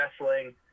wrestling